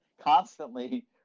constantly